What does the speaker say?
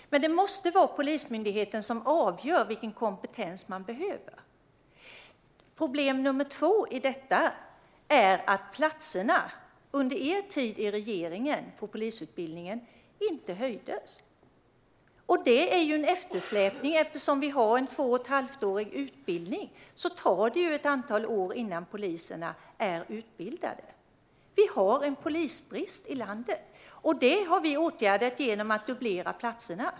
Det måste vara Polismyndigheten som avgör vilken kompetens man behöver. Ett annat problem i detta är att antalet platser på polisutbildningen under er tid i regeringen inte ökades. Det är en eftersläpning av det som vi ser nu. Eftersom vi har en två och ett halvt år lång utbildning tar det ett antal år innan vi har färdigutbildade poliser. Vi har polisbrist i landet, och det har vi åtgärdat genom att dubblera antalet platser.